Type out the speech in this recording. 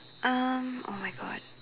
um !oh-my-God!